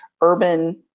urban